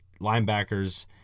linebackers